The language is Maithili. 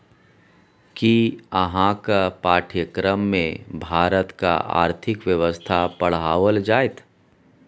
कि अहाँक पाठ्यक्रममे भारतक आर्थिक व्यवस्था पढ़ाओल जाएत?